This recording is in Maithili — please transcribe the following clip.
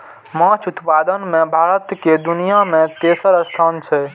माछ उत्पादन मे भारत के दुनिया मे तेसर स्थान छै